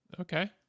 Okay